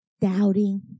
doubting